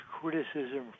criticism